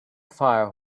fire